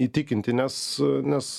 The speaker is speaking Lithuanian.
įtikinti nes nes